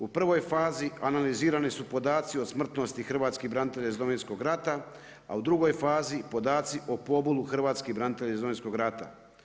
U prvoj fazi analizirani su podaci o smrtnosti hrvatskih branitelja iz Domovinskog rata a u drugoj fazi podaci o pobolu hrvatskih branitelja iz Domovinskog rata.